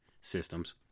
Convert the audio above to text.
systems